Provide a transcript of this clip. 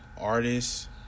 artists